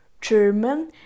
German